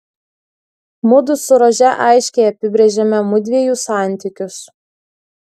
mudu su rože aiškiai apibrėžėme mudviejų santykius